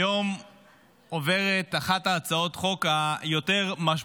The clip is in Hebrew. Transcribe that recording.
היום עוברת אחת הצעות החוק היותר-משמעותיות